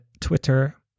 Twitter